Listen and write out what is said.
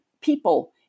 people